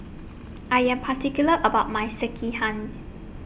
I Am particular about My Sekihan